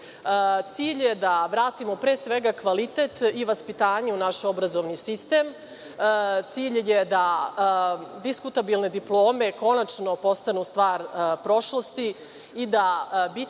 je da vratimo pre svega kvalitet i vaspitanje u naš obrazovni sistem. Cilj je da diskutabilne diplome konačno postanu stvar prošlosti i da biti